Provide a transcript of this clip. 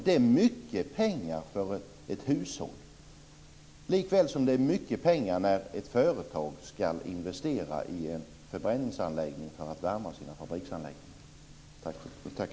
Det är mycket pengar för ett hushåll, likväl som det är mycket pengar när ett företag ska investera i en förbränningsanläggning för att värma sina fabriksanläggningar.